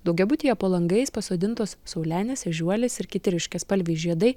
daugiabutyje po langais pasodintos saulenės ežiuolės ir kiti ryškiaspalviai žiedai